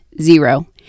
zero